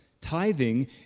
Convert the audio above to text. Tithing